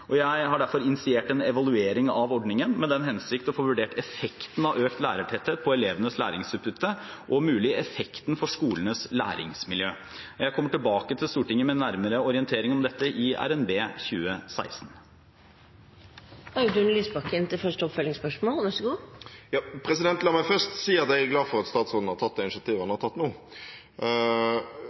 Jeg har derfor initiert en evaluering av ordningen, med den hensikt å få vurdert effekten av økt lærertetthet på elevenes læringsutbytte, og om mulig effekten for skolenes læringsmiljø. Jeg kommer tilbake til Stortinget med en nærmere orientering om dette i RNB 2016. La meg først si at jeg er glad for at statsråden har tatt det initiativet han har tatt nå.